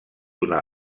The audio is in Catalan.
una